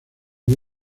muy